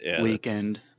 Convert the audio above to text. weekend